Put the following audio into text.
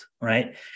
right